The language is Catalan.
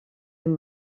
amb